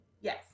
Yes